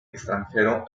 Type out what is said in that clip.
extranjero